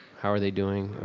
how are they doing,